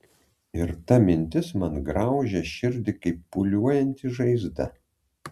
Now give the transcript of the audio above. ir ta mintis man graužia širdį kaip pūliuojanti žaizda